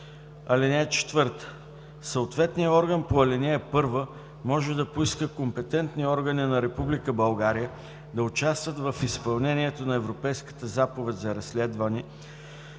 (4) Съответният орган по ал. 1 може да поиска компетентни органи на Република България да участват в изпълнението на Европейската заповед за разследване